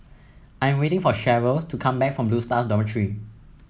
I am waiting for Cheryl to come back from Blue Stars Dormitory